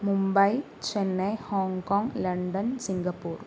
Mumbai Chennai Hong Kong London Singapore